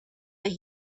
that